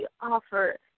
offer